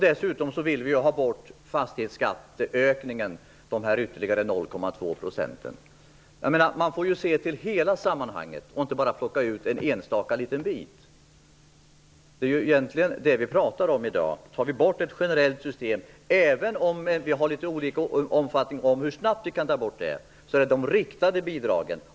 Dessutom vill vi ha bort de ytterligare 0,2 procentens fastighetsskatteökning. Man måste se till hela sammanhanget, och inte bara plocka ut en enstaka liten bit. Det är egentligen detta som vi pratar om i dag: Om vi tar bort ett generellt system - även om vi har litet olika uppfattningar om hur snabbt det kan ske - skall vi satsa på de riktade bidragen.